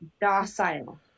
docile